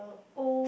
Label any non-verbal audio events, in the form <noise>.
<breath>